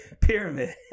Pyramid